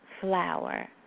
flower